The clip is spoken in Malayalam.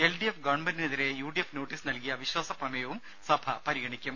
എൽ ഡി എഫ് ഗവൺമെന്റിനെതിരെ യു ഡി എഫ് നോട്ടീസ് നൽകിയ അവിശ്വാസ പ്രമേയവും സഭ പരിഗണിയ്ക്കും